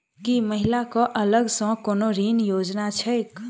की महिला कऽ अलग सँ कोनो ऋण योजना छैक?